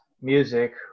music